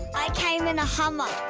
i came in a hummer.